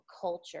culture